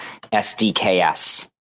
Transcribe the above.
SDKs